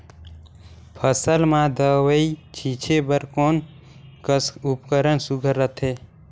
फसल म दव ई छीचे बर कोन कस उपकरण सुघ्घर रथे?